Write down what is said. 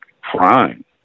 crime